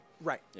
Right